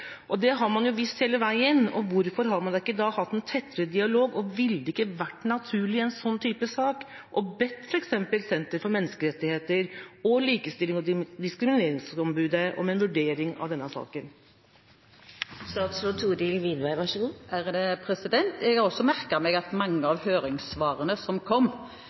tidligere. Det har man visst hele veien. Hvorfor har man ikke hatt en tettere dialog, og ville det ikke vært naturlig i en slik type sak å be f.eks. Norsk senter for menneskerettigheter og Likestillings- og diskrimineringsombudet om en vurdering av denne saken? Jeg har også merket meg at mange i høringssvarene som kom,